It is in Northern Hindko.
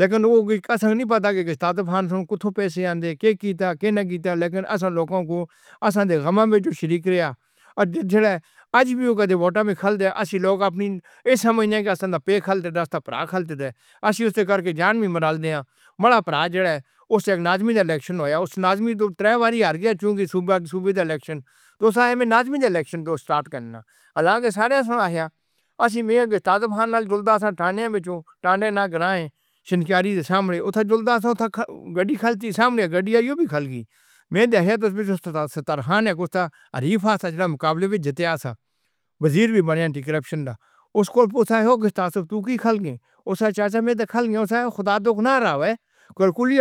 لیکن او کچھ ایسا نہیں پتہ کہ گیتا کینا گیتا لیکن اثر لوگاں کو آسان دے آج بھی۔ اُس نازمی نے الیکشن ہویا، اُس نازمی جو الیکشن دو ساہے میں الیکشن کو سٹارٹ کرنا۔ عارفت سجنا مقابلے وتھ جتیاسا وزیر وی بھیاں اینٹی کرپشن ڈا۔ اُسکو پچایے ہو کہ کھل کے اُس سے کڈا